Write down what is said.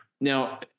Now